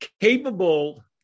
capable